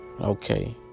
okay